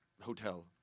hotel